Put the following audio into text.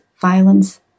violence